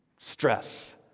stress